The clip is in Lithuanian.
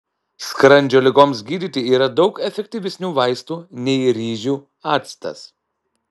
skrandžio ligoms gydyti yra daug efektyvesnių vaistų nei ryžių actas